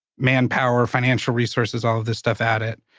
manpower, financial resources, all of this stuff, at it.